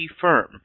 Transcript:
firm